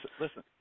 Listen